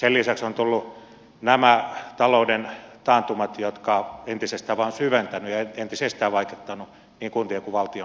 sen lisäksi ovat tulleet nämä talouden taantumat jotka ovat entisestään vaikeuttaneet niin kuntien kuin valtion rahoitusasemaa